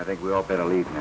i think we all believe